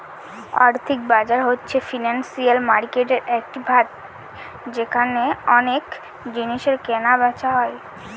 আর্থিক বাজার হচ্ছে ফিনান্সিয়াল মার্কেটের একটি ভাগ যেখানে অনেক জিনিসের কেনা বেচা হয়